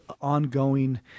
ongoing